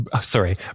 sorry